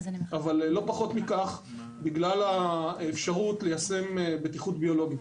אבל לא פחות מכך בגלל האפשרות ליישם בטיחות ביולוגית.